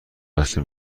بسته